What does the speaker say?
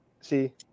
See